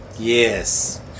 yes